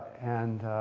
and